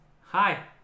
Hi